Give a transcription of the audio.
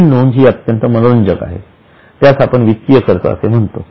पुढील नोंद हि अत्यंत मनोरंजक आहे त्यास आपण वित्तीय खर्च असे म्हणतो